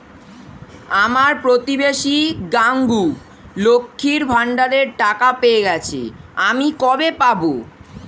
আমার প্রতিবেশী গাঙ্মু, লক্ষ্মীর ভান্ডারের টাকা পেয়ে গেছে, আমি কবে পাব?